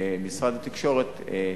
כמשרד התקשורת,